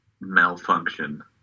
malfunction